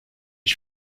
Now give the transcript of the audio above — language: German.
ich